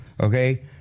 okay